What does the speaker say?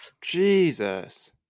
Jesus